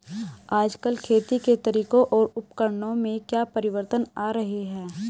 आजकल खेती के तरीकों और उपकरणों में क्या परिवर्तन आ रहें हैं?